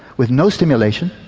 with no stimulation,